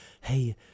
hey –